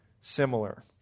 similar